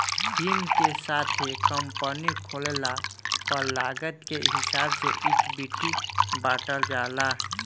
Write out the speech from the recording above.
team के साथे company खोलला पर लागत के हिसाब से इक्विटी बॉटल जाला